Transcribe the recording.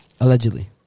Allegedly